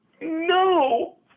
no